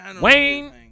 Wayne